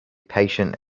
patient